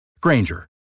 Granger